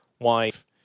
Wife